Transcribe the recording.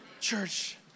Church